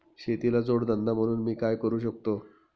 शेतीला जोड धंदा म्हणून मी काय करु शकतो?